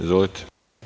Izvolite.